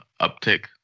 uptick